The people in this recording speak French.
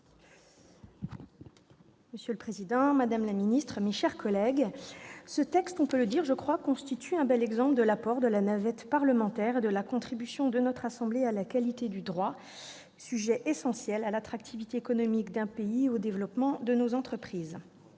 Monsieur le président, madame la garde des sceaux, mes chers collègues, ce texte constitue un bel exemple de l'apport de la navette parlementaire et de contribution de notre assemblée à la qualité du droit, sujet essentiel pour l'attractivité économique du pays et pour le développement de nos entreprises.